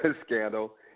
scandal